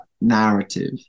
narrative